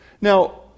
Now